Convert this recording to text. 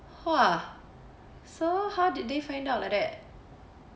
!wah! so how did they find out like that